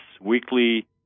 weekly